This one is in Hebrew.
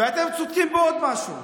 ואתם צודקים בעוד משהו: